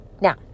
Now